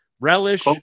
relish